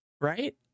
right